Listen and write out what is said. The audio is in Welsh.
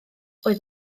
oedd